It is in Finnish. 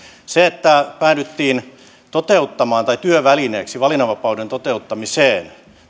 se että päädyttiin ottamaan työvälineeksi valinnanvapauden toteuttamiseen